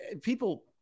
people